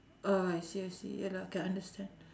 oh I see I see ya lah can understand